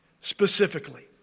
specifically